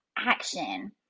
action